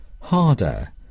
harder